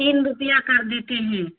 تین روپیہ کر دیتے ہیں